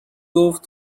گفت